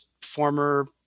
former